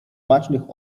bacznych